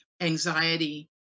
anxiety